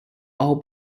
all